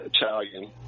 Italian